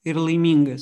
ir laimingas